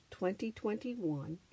2021